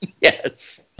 Yes